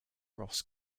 ross